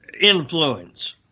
influence